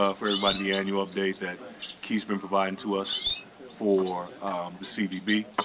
ah for everybody, the annual update that keith's been providing to us for the cvb.